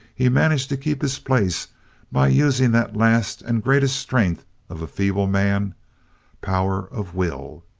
he managed to keep his place by using that last and greatest strength of feeble man power of will.